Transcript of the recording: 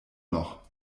noch